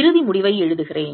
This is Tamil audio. இறுதி முடிவை எழுதுகிறேன்